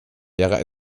lehrer